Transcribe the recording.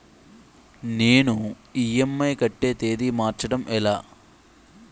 నేను ఇ.ఎం.ఐ కట్టే తేదీ మార్చడం ఎలా?